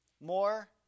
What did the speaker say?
More